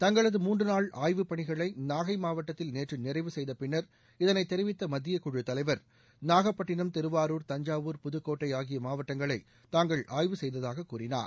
தங்களது மூன்று நாள் ஆய்வுப் பணிகளை நாகை மாவட்டத்தில் நேற்று நிறைவு செய்த பின்னா் இதனைத் தெரிவித்த மத்திய குழுத்தலைவர் நாகப்பட்டினம் திருவாரூர் தஞ்சாவூர் புதக்கோட்டை ஆகிய மாவட்டங்களை தாங்கள் ஆய்வு செய்ததாக கூறினார்